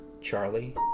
charlie